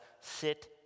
Sit